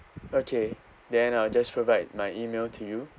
okay then I'll just provide my email to you